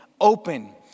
open